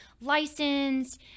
license